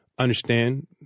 understand